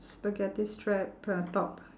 spaghetti strap put on top